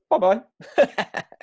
Bye-bye